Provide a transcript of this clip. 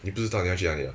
你不知道你要去哪里啊